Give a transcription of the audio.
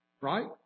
Right